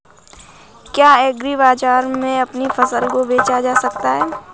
क्या एग्रीबाजार में अपनी फसल को बेचा जा सकता है?